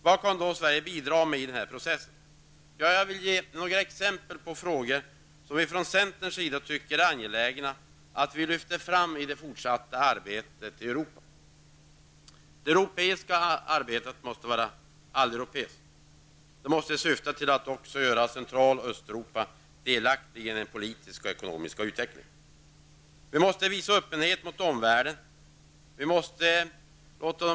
Vad kan då Sverige bidra med i den här processen? Jag vill ge exempel på några frågor som vi i centern anser det vara angeläget att Sverige lyfter fram i det fortsatta arbetet i Europa. Det europeiska samarbetet måste vara alleuropeiskt. Det måste syfta till att göra också Centraleuropa och Östeuropa delaktiga i den politiska och ekonomiska utvecklingen. Vi måste visa öppenhet mot omvärlden.